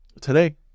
Today